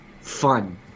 fun